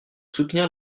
soutenir